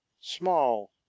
Small